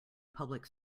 public